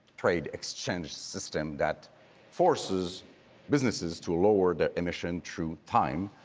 trade exchange system that forces businesses to lower their emission through time.